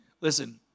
Listen